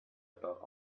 about